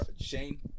Shane